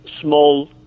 small